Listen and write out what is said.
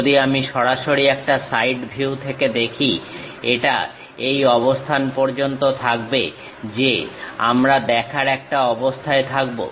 যদি আমি সরাসরি একটা সাইড ভিউ থেকে দেখি এটা এই অবস্থান পর্যন্ত থাকবে যে আমরা দেখার একটা অবস্থায় থাকবো